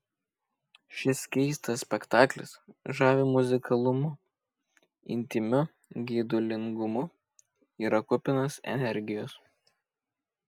šis keistas spektaklis žavi muzikalumu intymiu geidulingumu yra kupinas energijos